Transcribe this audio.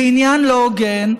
ועניין לא הוגן,